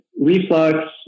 reflux